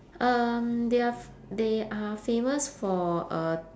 um they are f~ they are famous for uh